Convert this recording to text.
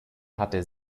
hatte